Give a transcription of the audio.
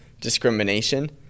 discrimination